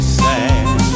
sad